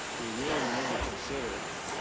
we really need to consider